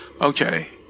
Okay